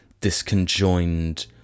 disconjoined